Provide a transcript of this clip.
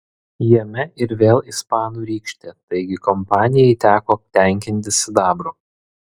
jame ir vėl ispanų rykštė taigi kompanijai teko tenkintis sidabru